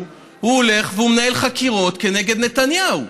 הוא הולך והוא מנהל חקירות כנגד נתניהו.